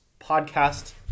podcast